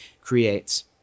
creates